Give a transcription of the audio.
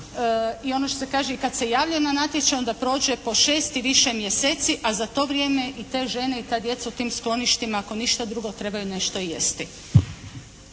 I ono što se kaže i kad se jave na natječaj onda prođe po 6 i više mjeseci, a za to vrijeme i te žene i ta djeca u tim skloništima ako ništa drugo trebaju nešto i jesti.